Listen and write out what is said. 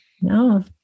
No